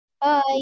bye